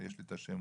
יש לי את השמות,